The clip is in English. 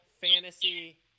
fantasy